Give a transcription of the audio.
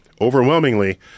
Overwhelmingly